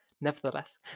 Nevertheless